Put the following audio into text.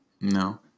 No